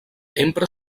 empra